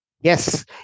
Yes